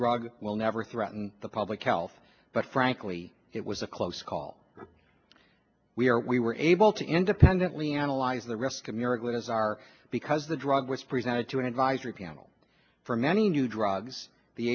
drug will never threaten the public health but frankly it was a close call we are we were able to independently analyze the risk a miracle it is our because the drug was presented to an advisory panel for many new drugs the